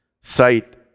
Sight